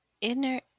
inner